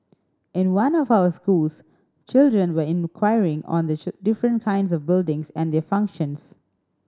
in one of our schools children were inquiring on the different kinds of buildings and their functions